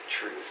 truth